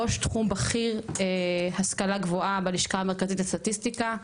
ראש תחום בכיר השכלה גבוהה בלשכה המרכזית לסטטיסטיקה,